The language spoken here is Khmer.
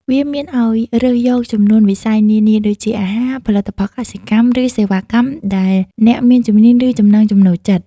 វាមានអោយរើសយកចំនួនវិស័យនានា ដូចជាអាហារ ផលិតផលកសិកម្ម ឬសេវាកម្មដែលអ្នកមានជំនាញ ឬចំណង់ចំណូលចិត្ត។